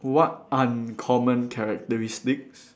what uncommon characteristics